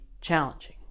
challenging